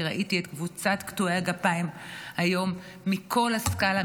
כי ראיתי את קבוצת קטועי הגפיים מכל הסקאלה,